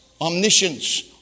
omniscience